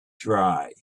dry